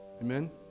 Amen